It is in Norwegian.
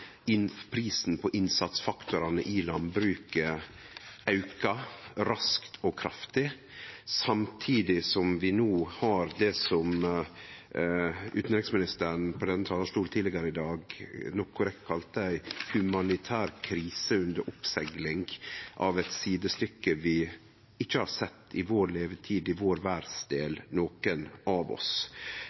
prisen på innsatsfaktorane i landbruket aukar raskt og kraftig, samtidig som vi har under oppsegling det som utanriksministeren frå denne talarstolen tidlegare i dag nok korrekt kalla ei humanitær krise, av eit slag vi ikkje har sett i vår levetid i vår verdsdel, nokon av oss,